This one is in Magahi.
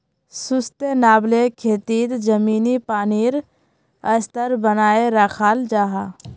सुस्तेनाब्ले खेतित ज़मीनी पानीर स्तर बनाए राखाल जाहा